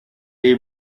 they